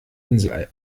insel